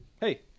Hey